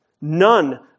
None